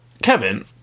Kevin